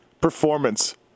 performance